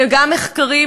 וגם מחקרים,